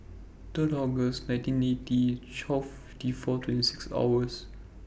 three August nineteen eighty twelve fifty four twenty six hours